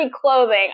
clothing